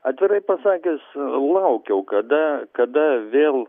atvirai pasakius laukiau kada kada vėl